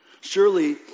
Surely